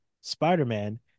Spider-Man